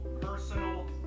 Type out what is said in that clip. personal